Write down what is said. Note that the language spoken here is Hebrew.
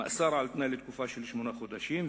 מאסר על-תנאי לתקופה של שמונה חודשים,